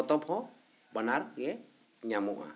ᱯᱚᱛᱚᱵ ᱦᱚᱸ ᱵᱟᱱᱟᱨ ᱜᱮ ᱧᱟᱢᱚᱜᱼᱟ